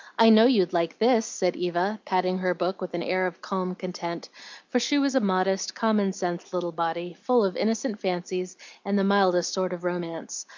i know you'd like this, said eva, patting her book with an air of calm content for she was a modest, common-sense little body, full of innocent fancies and the mildest sort of romance.